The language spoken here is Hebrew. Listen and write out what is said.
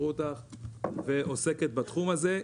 שיראו אותך ועוסקת בתחום הזה.